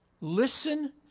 listen